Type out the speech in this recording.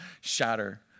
shatter